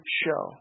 show